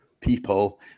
people